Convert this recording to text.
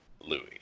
Louis